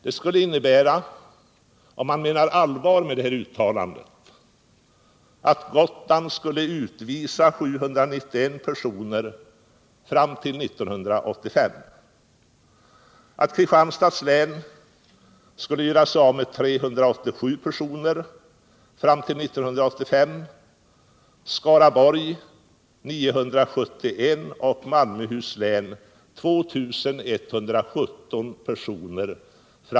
Det skulle innebära, om man menar allvar med det, att fram till 1985 skulle Gotland utvisa 791 personer, Kristianstads län 387 personer, Skaraborgs län 971 personer och Malmöhus län 2 117 personer.